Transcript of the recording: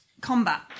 combat